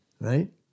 right